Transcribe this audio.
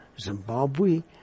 Zimbabwe